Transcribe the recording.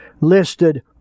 listed